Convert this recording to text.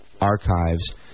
Archives